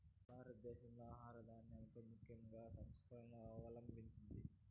భారతదేశం ఆహార ధాన్యాలపై ముఖ్యమైన సంస్కరణలను అవలంభించింది